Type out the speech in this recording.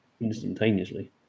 instantaneously